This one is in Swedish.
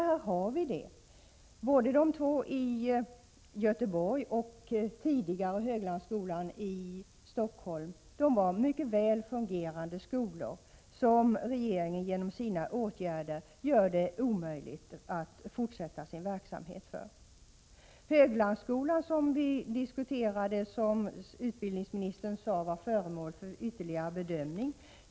Här har vi exempel på sådana skolor. De två skolorna i Göteborg och Höglandsskolan i Stockholm var mycket väl fungerande skolor, men regeringen har med sina åtgärder gjort det omöjligt för dem att fortsätta verksamheten. Nu säger utbildningsministern att Höglandsskolan är föremål för ytterligare bedömning.